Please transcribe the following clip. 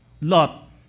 Lot